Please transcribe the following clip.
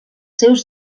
seus